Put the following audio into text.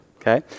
Okay